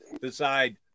decide